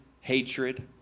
hatred